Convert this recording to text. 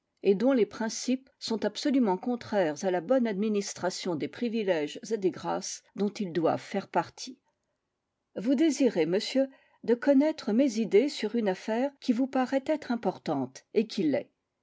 et dont les principes sont absolument contraires à la bonne administration des privilèges et des grâces dont ils doivent faire partie vous désirez monsieur de connaître mes idées sur une affaire qui vous paraît être importante et qui l'est